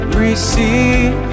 receive